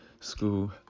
school